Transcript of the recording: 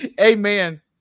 Amen